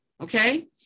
Okay